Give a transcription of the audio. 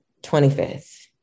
25th